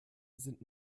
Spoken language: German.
sind